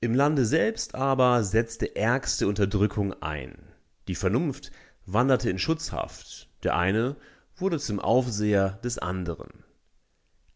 im lande selbst aber setzte ärgste unterdrückung ein die vernunft wanderte in schutzhaft der eine wurde zum aufseher des andern